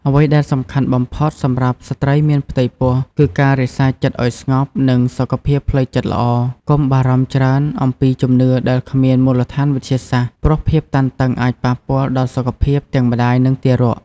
អ្វីដែលសំខាន់បំផុតសម្រាប់ស្ត្រីមានផ្ទៃពោះ គឺការរក្សាចិត្តឲ្យស្ងប់ និងសុខភាពផ្លូវចិត្តល្អ កុំបារម្ភច្រើនអំពីជំនឿដែលគ្មានមូលដ្ឋានវិទ្យាសាស្ត្រ ព្រោះភាពតានតឹងអាចប៉ះពាល់ដល់សុខភាពទាំងម្តាយ និងទារក ។